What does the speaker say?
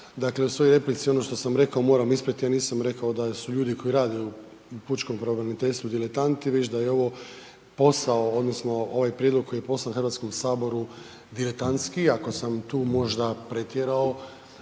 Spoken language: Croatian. Dakle, u svojoj replici ono što sam rekao moram ispraviti, ja nisam rekao da su ljudi koji rade u pučkom pravobraniteljstvu diletanti, već da je ovo posao odnosno ovaj prijedlog koji je poslan HS-u diletantski, iako sam tu možda pretjerao